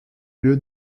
lieu